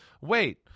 wait